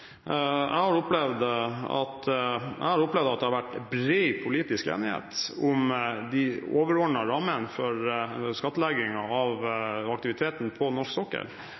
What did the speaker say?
at det har vært bred politisk enighet om de overordnede rammene for skattleggingen av aktiviteten på norsk sokkel.